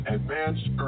Advanced